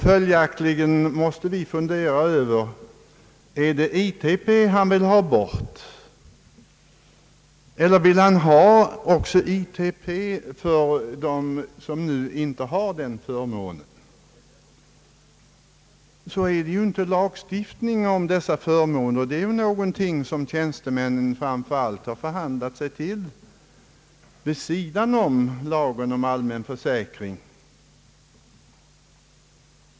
Följaktligen måste vi fråga oss: Är det ITP han vill ha bort eller vill han ha ITP också för dem som inte nu har den förmånen? Dessutom finns inte någon lagstiftning om dessa senare förmåner utan dem har framför allt tjänstemännen förhandlat sig till vid sidan av förmåner enligt lagen om allmän försäkring.